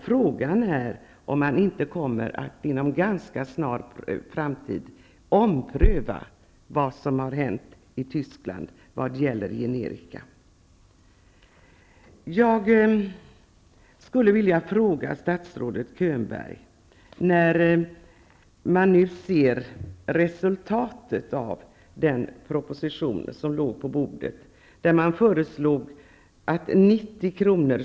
Frågan är om man inte kommer att inom ganska snar framtid ompröva vad som har hänt i Tyskland när det gäller generika. Köhnberg. I den proposition som låg på bordet föreslogs att 90 kr.